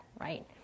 right